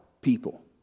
people